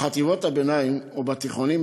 בחטיבות הביניים ובתיכונים,